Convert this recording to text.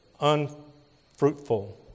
unfruitful